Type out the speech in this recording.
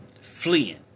fleeing